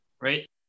right